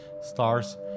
stars